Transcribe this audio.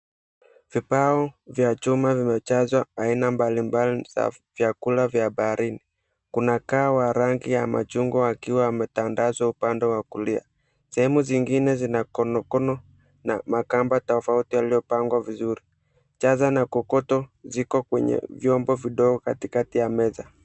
Vibao vya chuma vimejazwa aina mbalimbali za vyakula vya baharini. Kuna kaa wa rangi ya machungwa akiwa ametandazwa upande wa kulia. Sehemu zingine zina konokono na makamba tofauti waliopangwa vizuri, jaza na kokoto ziko kwenye vyombo vidogo katikati ya meza.